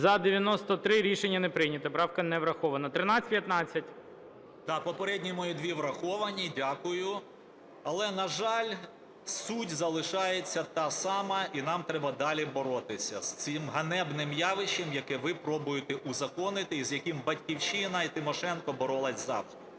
За-93 Рішення не прийнято. Правка не врахована. 1315. 14:31:21 СОБОЛЄВ С.В. Попередні мої дві враховані, дякую. Але, на жаль, суть залишається та сама, і нам треба далі боротися з цим ганебним явищем, яке ви пробуєте узаконити, і з яким "Батьківщина" і Тимошенко боролася завжди.